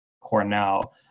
Cornell